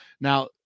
Now